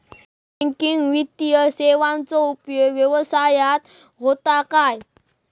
Banking वित्तीय सेवाचो उपयोग व्यवसायात होता काय?